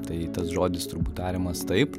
tai tas žodis turbūt tariamas taip